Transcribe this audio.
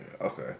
Okay